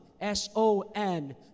S-O-N